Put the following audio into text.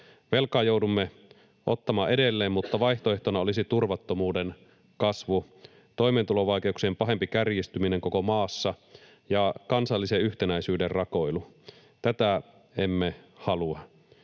Velkaa joudumme ottamaan edelleen, mutta vaihtoehtona olisi turvattomuuden kasvu, toimeentulovaikeuksien pahempi kärjistyminen koko maassa ja kansallisen yhtenäisyyden rakoilu. Tätä emme halua.